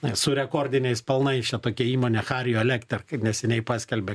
na ir su rekordiniais pelnais čia tokia įmonė hario lekter kaip neseniai paskelbė